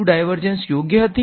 શું ડાયવર્ઝન્સ યોગ્ય હતી